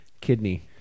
kidney